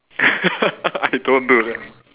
I don't do that